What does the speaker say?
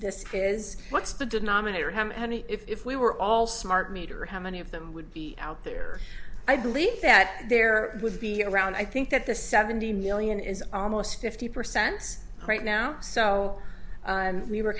this is what's the denominator how many if we were all smart meter how many of them would be out there i believe that there would be around i think that the seventy million is almost fifty percent right now so we were